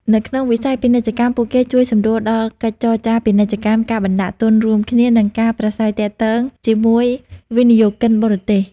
នៅក្នុងវិស័យពាណិជ្ជកម្ម ពួកគេជួយសម្រួលដល់កិច្ចចរចាពាណិជ្ជកម្ម ការបណ្តាក់ទុនរួមគ្នា និងការប្រាស្រ័យទាក់ទងជាមួយវិនិយោគិនបរទេស។